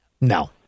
No